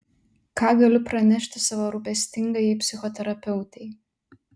ką galiu pranešti savo rūpestingajai psichoterapeutei